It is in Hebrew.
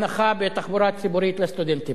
יש הנחה בתחבורה ציבורית לסטודנטים.